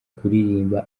kuririmba